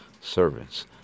servants